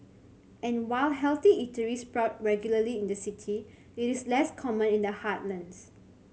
and while healthy eateries sprout regularly in the city it is less common in the heartlands